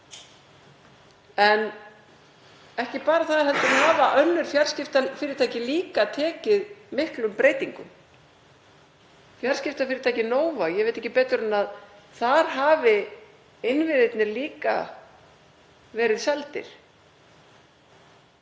En ekki bara það heldur hafa önnur fjarskiptafyrirtæki líka tekið miklum breytingum. Fjarskiptafyrirtækið Nova, ég veit ekki betur en að þar hafi innviðirnir líka verið seldir.